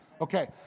Okay